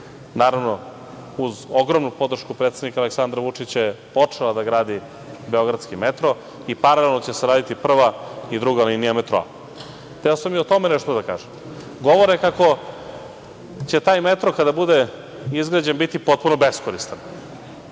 naravno uz ogromnu podršku predsednika Aleksandra Vučića je počela da gradi Beogradski metro i paralelno će se raditi prva i druga linija metroa. Hteo sam i o tome nešto da kažem. Govore kako će taj metro kada bude izgrađen biti potpuno beskoristan.